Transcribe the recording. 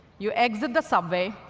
you exit the subway.